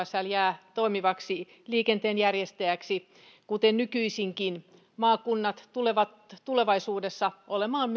hsl jää toimivaksi liikenteenjärjestäjäksi kuten on nykyisinkin myös maakunnat tulevat tulevaisuudessa olemaan